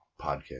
podcast